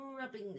Rubbing